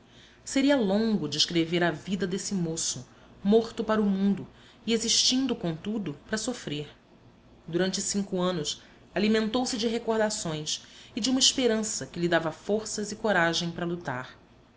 seria longo descrever a vida desse moço morto para o mundo e existindo contudo para sofrer durante cinco anos alimentou se de recordações e de uma esperança que lhe dava forças e coragem para lutar